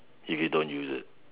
if you don't use it